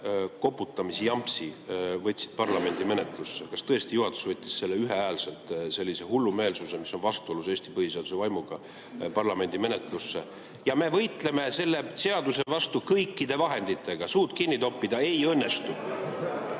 koputamise jampsi parlamendi menetlusse. Kas tõesti juhatus võttis ühehäälselt sellise hullumeelsuse, mis on vastuolus Eesti põhiseaduse vaimuga, parlamendi menetlusse? Me võitleme selle seaduse vastu kõikide vahenditega. Suud kinni toppida ei õnnestu.